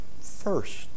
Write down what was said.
first